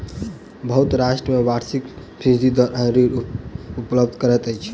बहुत राष्ट्र में वार्षिक फीसदी दर सॅ ऋण उपलब्ध करैत अछि